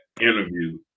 interview